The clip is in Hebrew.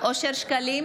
אושר שקלים,